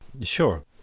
Sure